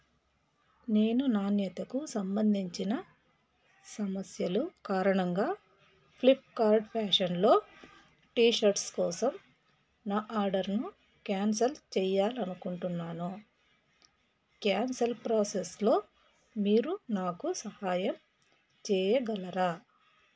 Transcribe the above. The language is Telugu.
నేను నాణ్యతకు సంబంధించిన సమస్యలు కారణంగా ఫ్లిప్కార్ట్ ఫ్యాషన్లో టీషర్ట్స్ కోసం నా ఆర్డర్ను క్యాన్సల్ చేయాలి అనుకుంటున్నాను క్యాన్సల్ ప్రోసెస్లో మీరు నాకు సహాయం చేయగలరా